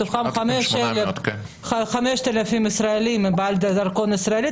מתוכם 5,000 ישראלים בעלי דרכון ישראלי